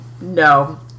No